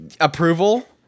approval